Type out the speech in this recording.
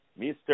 Mr